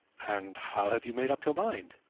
and how have you made up your mind?